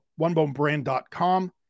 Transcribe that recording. OneBoneBrand.com